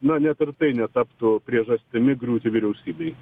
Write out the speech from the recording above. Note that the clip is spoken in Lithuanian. na net ir tai netaptų priežastimi griūti vyriausybei